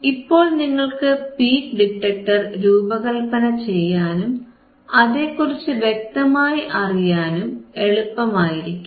ഇപ്പോൾ നിങ്ങൾക്ക് peak detector രൂപകല്പന ചെയ്യാനും അതേക്കുറിച്ച് വ്യക്തമായി അറിയാനും എളുപ്പമായിരിക്കും